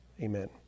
Amen